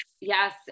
Yes